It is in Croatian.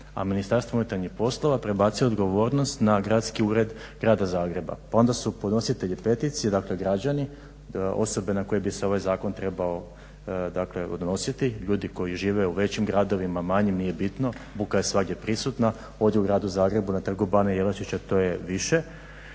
Ministarstvo unutarnjih poslova prebacuje odgovornost na Gradski ured grada Zagreba. Pa onda su podnositelji peticije dakle građani, osobe na koje bi se ovaj Zakon trebao dakle odnositi, ljudi koji žive u većim gradovima, manjim, nije bitno, buka je svagdje prisutna, ovdje u gradu Zagrebu na Trgu bana Jelačića to je više.